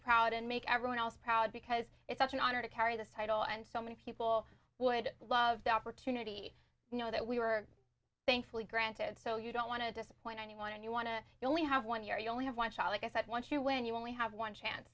proud and make everyone else proud because it's such an honor to carry this title and so many people would love the opportunity you know that we were thankfully granted so you don't want to disappoint anyone you want to you only have one year you only have one child like i said once you win you only have one chance